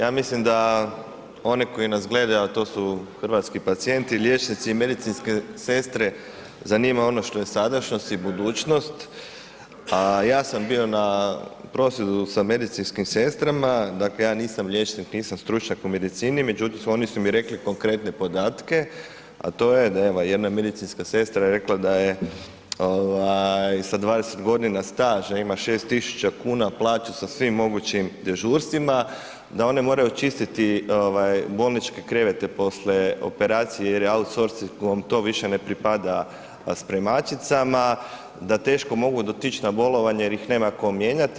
Ja mislim da oni koji nas gledaju, a to hrvatski pacijenti, liječnici i medicinske sestre zanima ono što je sadašnjost i budućnost, a ja sam bio na prosvjedu sa medicinskim sestrama, dakle ja nisam liječnik, nisam stručnjak u medicini, međutim oni su mi rekli konkretne podatke, a to je da evo jedna medicinska sestra je rekla da je ovaj sa 20 godina staža ima 6.000 kuna plaću sa svim mogućim dežurstvima, da one moraju čistiti ovaj bolničke krevete poslije operacije jer je outsorcingom to više ne pripada spremačicama, da teško mogu otići na bolovanje jer ih nema tko mijenjati.